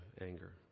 anger